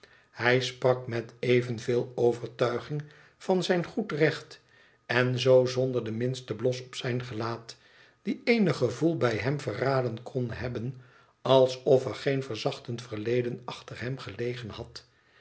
hij sprak met evenveel overtuiging van zijn goed recht en zoo zonder den minsten blos op zijn gelaat die eenig gevoel bij hem verraden kon hebben alsof er geen verzachtend verleden achter hem gelegen had